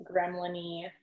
gremlin-y